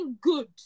good